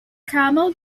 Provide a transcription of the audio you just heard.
camel